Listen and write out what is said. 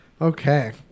Okay